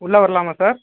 உள்ளே வரலாமா சார்